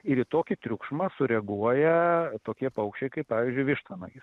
ir į tokį triukšmą sureaguoja tokie paukščiai kaip pavyzdžiui vištvanagis